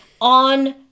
on